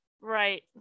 right